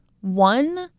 one